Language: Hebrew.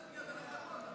הצעתי לא להצביע ולחכות.